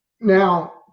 now